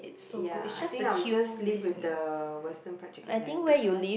ya I think I'll just leave with the Western fried chicken then because